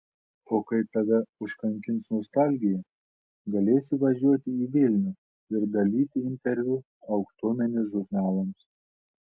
o kai tave užkankins nostalgija galėsi važiuoti į vilnių ir dalyti interviu aukštuomenės žurnalams